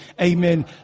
Amen